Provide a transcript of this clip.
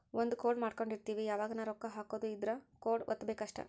ಒಂದ ಕೋಡ್ ಮಾಡ್ಕೊಂಡಿರ್ತಿವಿ ಯಾವಗನ ರೊಕ್ಕ ಹಕೊದ್ ಇದ್ರ ಕೋಡ್ ವತ್ತಬೆಕ್ ಅಷ್ಟ